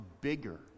bigger